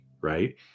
right